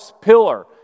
pillar